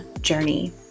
journey